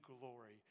glory